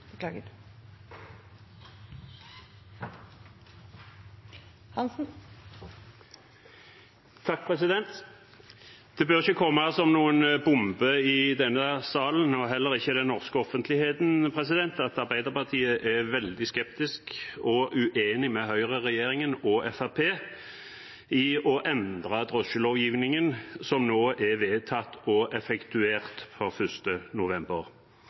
Det bør ikke komme som noen bombe i denne salen, og heller ikke i den norske offentligheten, at Arbeiderpartiet er veldig skeptisk til og uenig med høyreregjeringen og Fremskrittspartiet i å endre drosjelovgivningen, som nå er vedtatt og effektuert fra 1. november.